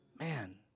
Man